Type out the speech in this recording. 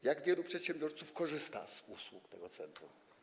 Jak wielu przedsiębiorców korzysta z usług tego centrum?